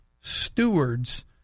stewards